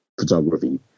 photography